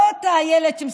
זו לא אותה אילת,